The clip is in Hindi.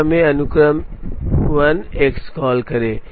तो हमें अनुक्रम 1 एक्स कॉल करें